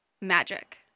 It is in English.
magic